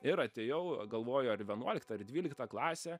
ir atėjau galvoju ar į vienuoliktą ar į dvyliktą klasę